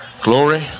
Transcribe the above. glory